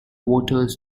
voters